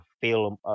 film